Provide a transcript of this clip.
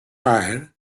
england